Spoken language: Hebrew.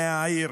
מהעיר,